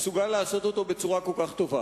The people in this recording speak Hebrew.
מסוגל לעשות בצורה כל כך טובה.